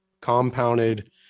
compounded